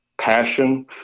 passion